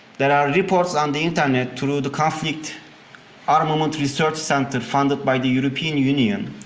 there are reports on the internet through the conflict armaments research center, funded by the european union,